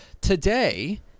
Today